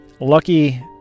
lucky